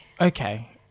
Okay